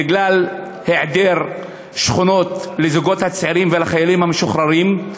בגלל היעדר שכונות לזוגות הצעירים ולחיילים המשוחררים.